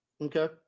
Okay